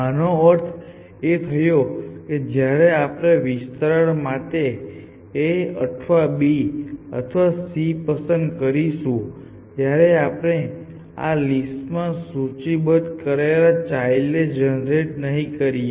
આનો અર્થ એ થયો કે જ્યારે આપણે વિસ્તરણ માટે a અથવા b અથવા c પસંદ કરીશું ત્યારે આપણે આ લિસ્ટ માં સૂચિબદ્ધ કરેલા ચાઈલ્ડ જનરેટ નહીં કરીએ